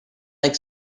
like